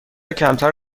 کمتر